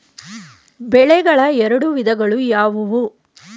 ಬೆಳೆಗಳ ಎರಡು ವಿಧಗಳು ಯಾವುವು?